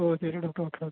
ഓ ശരി doctor okay okay